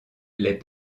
les